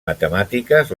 matemàtiques